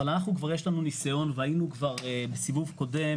אבל לנו כבר יש נסיון והיינו כבר בסיבוב קודם